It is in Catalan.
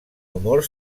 humor